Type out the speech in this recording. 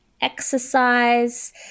exercise